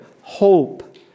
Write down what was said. hope